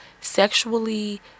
sexually